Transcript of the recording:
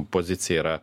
pozicija yra